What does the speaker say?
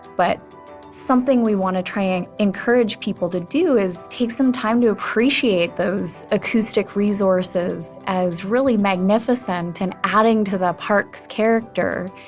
but something we want to try and encourage people to do is take some time to appreciate those acoustic resources as really magnificent, and adding to the park's character.